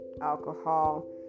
alcohol